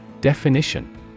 Definition